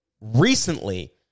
recently